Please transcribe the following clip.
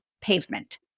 pavement